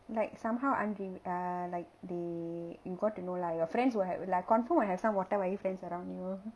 like somehow I'm uh like they you got to know lah your friends will have like confirm will have some ஓட்ட வாய்:otta vaai friends around you